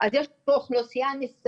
אז יש פה אוכלוסייה נוספת,